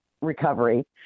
recovery